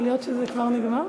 יכול להיות שזה כבר נגמר?